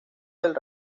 del